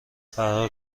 فرار